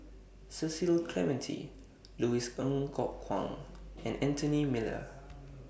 Cecil Clementi Louis Ng Kok Kwang and Anthony Miller